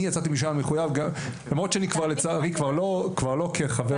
אני יצאתי משם מחויב למרות שאני לצערי כבר לא כחבר ועדת חינוך,